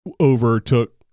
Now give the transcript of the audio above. overtook